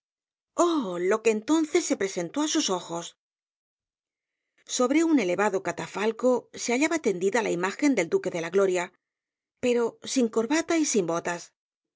lo que entonces se presentó á sus ojos sobre un elevado catafalco se hallaba tendida la imagen del duque de la gloria pero sin corbata y sin botas a